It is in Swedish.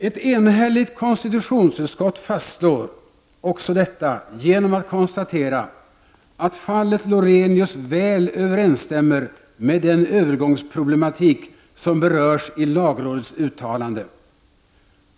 Ett enhälligt konstitutionsutskott fastslår också detta genom att konstatera, att fallet Lorenius väl överensstämmer med den övergångsproblematik som berörs i lagrådets uttalande.